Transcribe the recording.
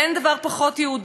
היהדות שאני מכירה,